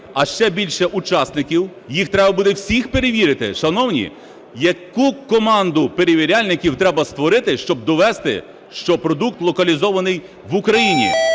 а ще більше учасників, їх треба буде всіх перевірити. Шановні, яку команду перевіряльників треба створити, щоб довести, що продукт локалізований в Україні?